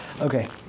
Okay